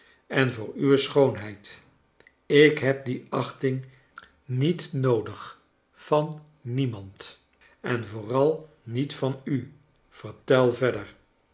en voor uwe schoonheid ik heb die achting niet noodig van niemand en vooral niet van u vertel verder